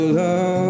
love